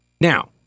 Now